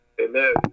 Amen